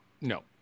No